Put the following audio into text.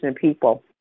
people